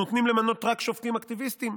נותנים למנות רק שופטים אקטיביסטים?